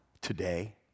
today